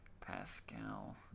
Pascal